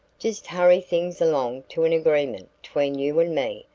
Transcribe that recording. just hurry things along to an agreement tween you and me,